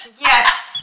yes